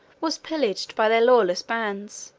was pillaged by their lawless bands